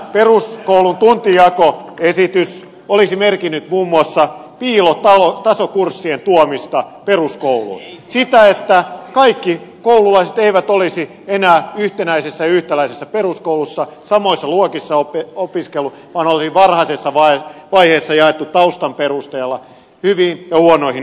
tämä peruskoulun tuntijakoesitys olisi merkinnyt muun muassa piilotasokurssien tuomista peruskouluun sitä että kaikki koululaiset eivät olisi enää yhtenäisessä yhtäläisessä peruskoulussa samoissa luokissa opiskelleet vaan heidät olisi varhaisessa vaiheessa jaettu taustan perusteella hyviin ja huonoihin oppilaisiin